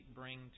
bring